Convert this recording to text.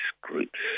groups